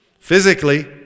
physically